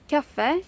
Kaffe